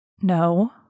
No